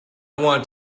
want